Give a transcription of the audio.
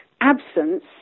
absence